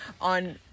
on